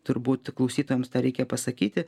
turbūt klausytojams tą reikia pasakyti